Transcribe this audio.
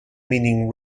meaning